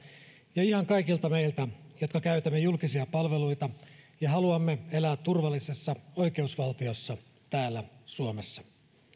ja ihan kaikilta meiltä jotka käytämme julkisia palveluita ja haluamme elää turvallisessa oikeusvaltiossa täällä suomessa